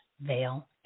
veil